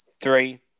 three